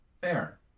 Fair